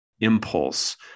impulse